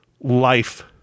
life